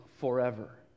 forever